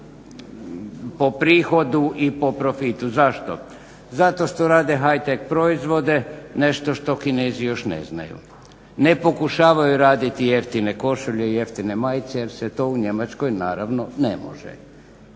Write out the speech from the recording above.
po prihodu i po profitu. Zašto? Zato što rade heart tec proizvode, nešto što Kinezi još ne znaju. Ne pokušavaju raditi jeftine košulje i jeftine majice jer se to u Njemačkoj naravno ne može.